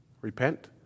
Repent